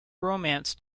romance